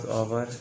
over